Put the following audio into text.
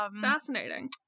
fascinating